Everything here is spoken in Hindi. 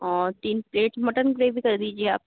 और तीन प्लेट मटन ग्रेवी कर दीजिए आप